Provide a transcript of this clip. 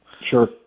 Sure